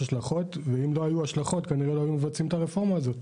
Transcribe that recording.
ואם לא היו, לא היה בה צורך.